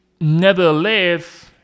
nevertheless